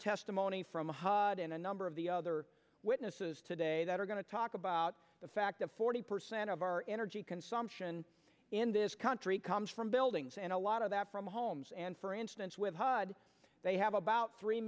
testimony from a hut in a number of the other witnesses today that are going to talk about the fact that forty percent of our energy consumption in this country comes from buildings and a lot of that from homes and for instance with hud they have about three